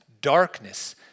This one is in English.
darkness